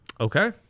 Okay